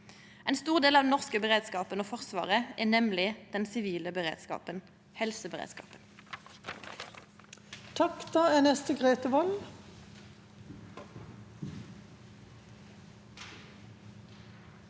Ein stor del av den norske beredskapen og Forsvaret er nemleg den sivile beredskapen: helseberedskapen.